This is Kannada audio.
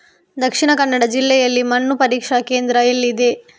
ದಕ್ಷಿಣ ಕನ್ನಡ ಜಿಲ್ಲೆಯಲ್ಲಿ ಮಣ್ಣು ಪರೀಕ್ಷಾ ಕೇಂದ್ರ ಎಲ್ಲಿದೆ?